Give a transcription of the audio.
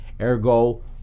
ergo